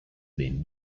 been